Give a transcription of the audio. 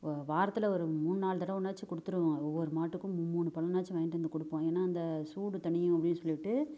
ஓ வாரத்தில் ஒரு மூணு நாலு தடவைனாச்சும் கொடுத்துடுவோம் ஒவ்வொரு மாட்டுக்கும் மும்மூணு பழனாச்சும் வாங்கிட்டு வந்து கொடுப்போம் ஏன்னால் அந்த சூடு தணியும் அப்படின்னு சொல்லிவிட்டு